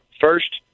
first –